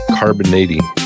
carbonating